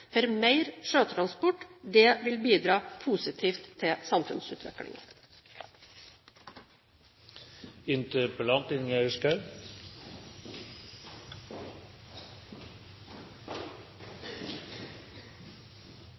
for mer sjøtransport vil bidra positivt til